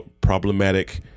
problematic